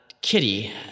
Kitty